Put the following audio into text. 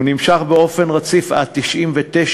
הוא נמשך באופן רציף עד 1999,